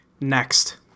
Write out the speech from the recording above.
Next